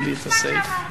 המשפט שאמרת.